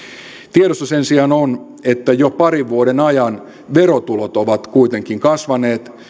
tiedossa sen sijaan on että jo parin vuoden ajan verotulot ovat kuitenkin kasvaneet